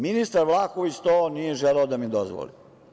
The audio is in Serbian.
Ministar Vlahović to nije želeo da mi dozvoli.